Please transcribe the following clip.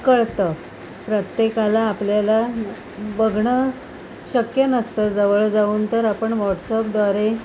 कळतं प्रत्येकाला आपल्याला बघणं शक्य नसतं जवळ जाऊन तर आपण व्हॉट्सअपद्वारे